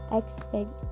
expect